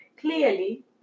Clearly